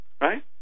Right